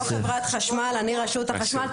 אני לא חברת חשמל, אני רשות החשמל.